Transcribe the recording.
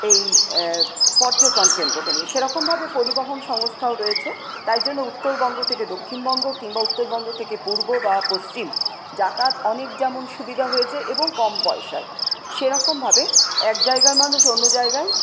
এই পর্যটনকেন্দ্রকে নিয়ে সেরকমভাবে পরিবহন সংস্থাও রয়েছে তাইজন্য উত্তরবঙ্গ থেকে দক্ষিণবঙ্গ কিংবা উত্তরবঙ্গ থেকে পূর্ব বা পশ্চিম যাতায়াত অনেক যেমন সুবিধা হয়েছে এবং কম পয়সায় সেরকম ভাবে এক জায়গার মানুষ অন্য জায়গায়